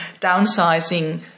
downsizing